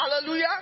Hallelujah